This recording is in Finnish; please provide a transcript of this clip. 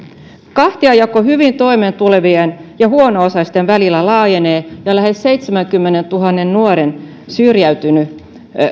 kahtiajako hyvin toimeentulevien ja huono osaisten välillä laajenee ja lähes seitsemäänkymmeneentuhanteen syrjäytyneen nuoren